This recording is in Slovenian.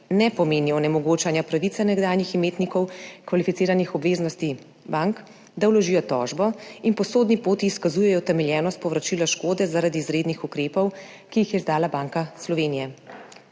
ne pomeni onemogočanja pravice nekdanjih imetnikov kvalificiranih obveznosti bank, da vložijo tožbo in po sodni poti izkazujejo utemeljenost povračila škode zaradi izrednih ukrepov, ki jih je izdala Banka Slovenije.